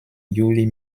juli